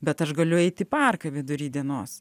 bet aš galiu eit į parką vidury dienos